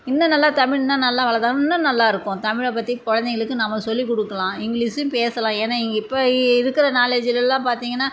இன்னும் நல்லா தமிழ் இன்னும் நல்லா வளர்த்தணும் இன்னும் நல்லா இருக்கும் தமிழைப் பற்றி குழந்தைங்களுக்கு நம்ம சொல்லி கொடுக்கலாம் இங்கிலீஷும் பேசலாம் ஏன்னால் இங்கே இப்போ இருக்கிற நாலேஜ்லெல்லாம் பார்த்திங்கன்னா